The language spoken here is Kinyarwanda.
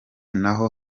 n’aho